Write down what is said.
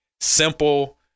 simple